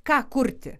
ką kurti